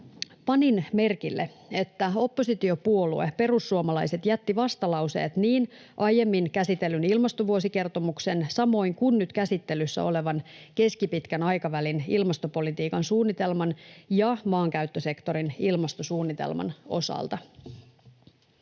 Panin merkille, että oppositiopuolue perussuomalaiset jätti vastalauseet niin aiemmin käsitellyn ilmastovuosikertomuksen samoin kuin nyt käsittelyssä olevan keskipitkän aikavälin ilmastopolitiikan suunnitelman ja maankäyttösektorin ilmastosuunnitelman osalta.